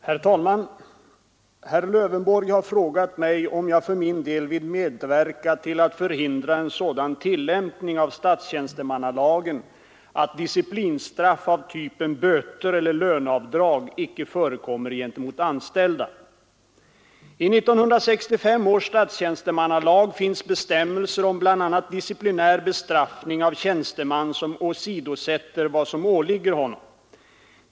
Herr talman! Herr Lövenborg har frågat mig om jag för min del vill medverka till att förhindra en sådan tillämpning av statstjänstemannalagen, att disciplinstraff av typen böter eller löneavdrag icke förekommer gentemot anställda. I 1965 års statstjänstemannalag finns bestämmelser om bl.a. disciplinär bestraffning av tjänsteman som åsidosätter vad som åligger honom.